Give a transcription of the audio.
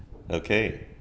okay